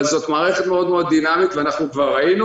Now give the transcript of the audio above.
אבל זאת מערכת מאוד מאוד דינמית ואנחנו כבר ראינו